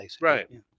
right